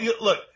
look